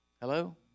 Hello